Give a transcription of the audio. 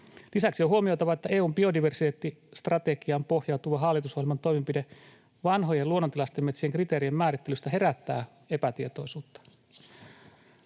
Lisäksi on huomioitava, että EU:n biodiversiteettistrategiaan pohjautuva hallitusohjelman toimenpide vanhojen luonnontilaisten metsien kriteerien määrittelystä herättää epätietoisuutta.